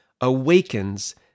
awakens